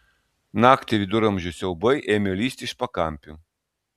naktį viduramžių siaubai ėmė lįsti iš pakampių